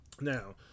Now